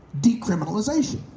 decriminalization